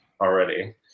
already